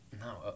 No